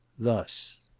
thus